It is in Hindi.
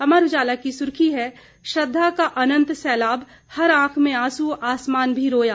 अमर उजाला की सुर्खी है श्रद्धा का अनंत सैलाब हर आंख में आंसू आसमान भी रोया